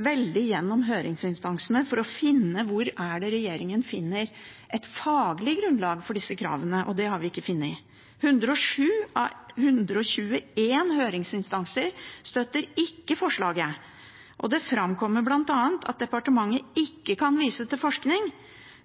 veldig gjennom høringsinstansene for å finne hvor det er regjeringen finner et faglig grunnlag for disse kravene, og det har vi ikke funnet. 107 av 121 høringsinstanser støtter ikke forslaget, og det framkommer bl.a. at departementet ikke kan vise til forskning